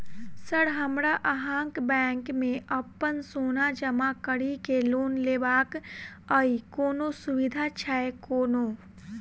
Sir हमरा अहाँक bank मे अप्पन सोना जमा करि केँ लोन लेबाक अई कोनो सुविधा छैय कोनो?